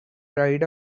ride